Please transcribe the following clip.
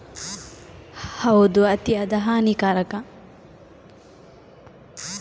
ಸಾರಜನಕ ಒಳಗೊಂಡಿರುವ ರಸಗೊಬ್ಬರಗಳ ಅತಿಯಾದ ಬಳಕೆಯು ಹಾನಿಕಾರಕವೇ?